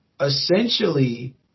essentially